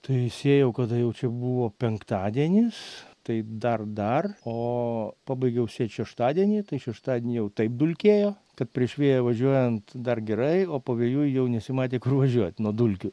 tai sėjau kada jau čia buvo penktadienis tai dar dar o pabaigiau šį šeštadienį tai šeštadienį jau taip dulkėjo kad prieš vėją važiuojant dar gerai o pavėjui jau nesimatė kur važiuot nuo dulkių